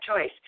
choice